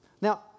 Now